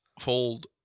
fold